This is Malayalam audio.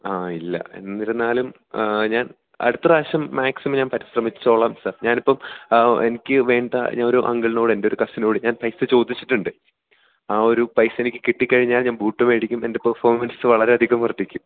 ആ ഇല്ല എന്നിരുന്നാലും ഞാൻ അടുത്ത പ്രാവശ്യം മാക്സിമം ഞാൻ പരിശ്രമിച്ചോളാം സർ ഞാനിപ്പം എനിക്ക് വേണ്ട ഒരു അങ്കിളിനോട് എൻ്റെ ഒരു കസിനോട് ഞാൻ പൈസ ചോദിച്ചിട്ടുണ്ട് ആ ഒരു പൈസ എനിക്ക് കിട്ടിക്കഴിഞ്ഞാൽ ഞാൻ ബൂട്ട് മേടിക്കും എൻ്റെ പെർഫോമൻസ് വളരെയധികം വർദ്ധിക്കും